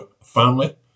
family